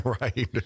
Right